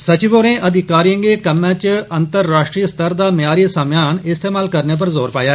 संबिव होरें अधिकारिएं गी कम्मै च अंतर्राश्ट्री स्तर दा म्यारी समेयान इस्तेमाल करने पर जोर पाया